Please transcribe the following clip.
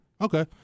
okay